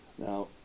Now